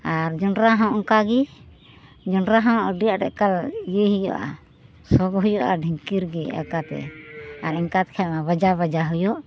ᱟᱨ ᱡᱚᱱᱰᱨᱟ ᱦᱚᱸ ᱚᱱᱠᱟᱜᱮ ᱡᱚᱱᱰᱨᱟ ᱦᱚᱸ ᱟᱹᱰᱤ ᱟᱸᱴ ᱮᱠᱟᱞ ᱤᱭᱟᱹᱭ ᱦᱩᱭᱩᱜᱟ ᱥᱚᱜ ᱦᱩᱭᱩᱜᱼᱟ ᱰᱷᱤᱝᱠᱤ ᱨᱮᱜᱮ ᱮᱠᱟᱞᱛᱮ ᱟᱨ ᱮᱱᱠᱟᱛᱮᱠᱷᱟᱱ ᱢᱟ ᱵᱟᱡᱟ ᱵᱟᱡᱟ ᱦᱩᱭᱩᱜ